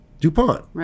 DuPont